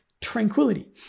tranquility